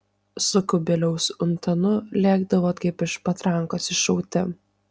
su kubiliaus untanu lėkdavot kaip iš patrankos iššauti